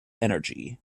energy